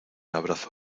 abrazo